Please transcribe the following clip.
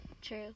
True